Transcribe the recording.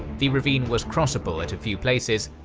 the ravine was crossable at a few places,